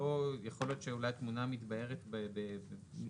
יכול להיות שאולי התמונה תתבהר בהמשך